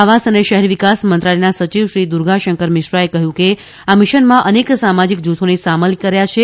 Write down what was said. આવાસ અને શહેરી વિકાસ મંત્રાલયના સચિવશ્રી દુર્ગાશંકર મિશ્રાએ કહ્યું છે કે આ મિશનમાં અનેક સામાજિક જૂથોને સામેલ કર્યા છે